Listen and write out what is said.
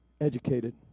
educated